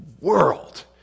world